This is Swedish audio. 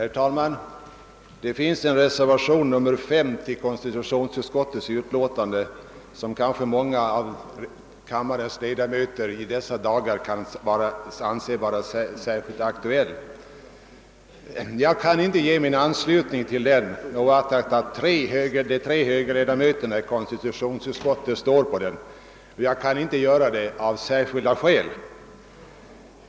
Herr talman! Det finns en reservation, nr 5, vid konstitutionsutskottets betänkande som många av kammarens ledamöter kanske i dessa dagar anser vara särskilt aktuell. Jag kan inte ansluta mig till den, oaktat att de tre högerledamöterna i konstitutionsutskottet befinner sig bland reservanterna, och jag har särskilda skäl för att inte kunna göra det.